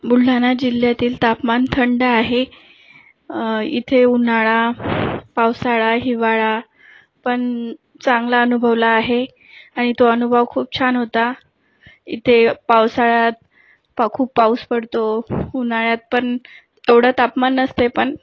बुलढाणा जिल्ह्यातील तापमान थंड आहे इथे उन्हाळा पावसाळा हिवाळा पण चांगला अनुभवला आहे आणि तो अनुभव खूप छान होता इथे पावसाळ्यात खूप पाऊस पडतो उन्हाळ्यात पण थोडं तापमान असते पण